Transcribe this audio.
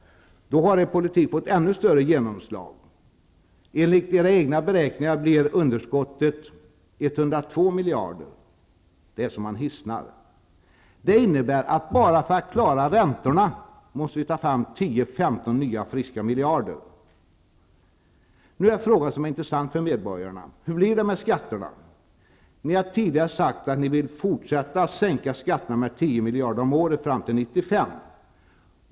Då har er politik fått ännu större genomslag. Enligt era egna beräkningar blir underskottet 102 miljarder. Det är så man hissnar. Det innebär att vi måste ta fram 10-- 15 nya friska miljarder bara för att klara räntorna. Den fråga som är intressant för medborgarna är hur det blir med skatterna. Ni har tidigare sagt att ni vill fortsätta att sänka skatterna med 10 miljarder om året fram till 1995.